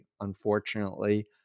unfortunately